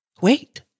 Wait